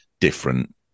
different